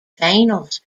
finals